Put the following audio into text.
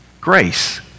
grace